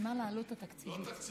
מסכימה לעלות התקציבית.